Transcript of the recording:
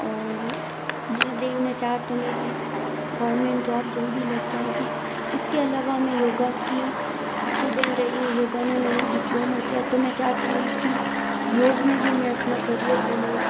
और महादेव ने चाहा तो मेरी गौर्मेंट जॉब जल्दी लग जाएगी इसके अलावा मैं योगा की स्टूडेंट रही हूँ योगा में मैंने डिप्लोमा किया तो मैं चाहती हूँ कि योग में भी मैं अपना करियर बनाऊँ